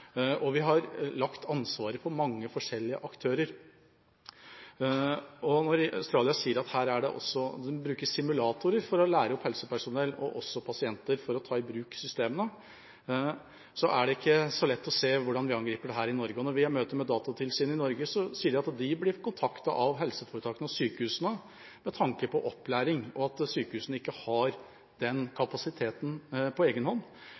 og vi har lagt ansvaret på mange forskjellige aktører. Når Australia sier at de bruker simulatorer for å lære opp helsepersonell – og også pasienter – for å ta i bruk systemene, er det ikke så lett å se hvordan vi angriper det her i Norge. Når vi har møter med Datatilsynet i Norge, sier de at de blir kontaktet av helseforetakene og sykehusene med tanke på opplæring, og at sykehusene ikke har den kapasiteten på